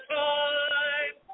time